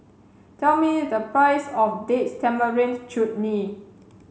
tell me the price of Date Tamarind Chutney